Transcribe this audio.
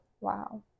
wow